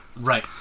Right